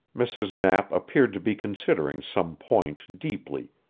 mrs. knapp appeared to be considering some point deeply,